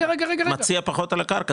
מציע פחות על הקרקע,